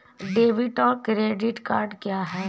Debit और credit क्या है?